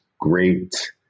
great